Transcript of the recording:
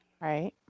right